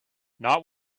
not